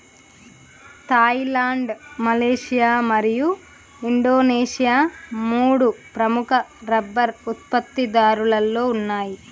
Thailand, Malaysia మరియు Indonesia మూడు ప్రముఖ రబ్బరు ఉత్పత్తిదారులలో ఉన్నాయి